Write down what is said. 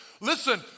listen